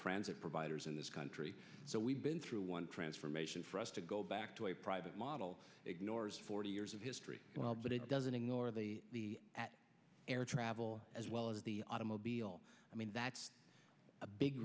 transit providers in this country so we've been through one transformation for us to go back to a private model ignores forty years of history well but it doesn't ignore the at air travel as well as the automobile i mean that's a big